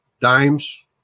Dimes